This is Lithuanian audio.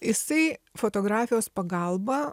jisai fotografijos pagalba